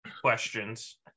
questions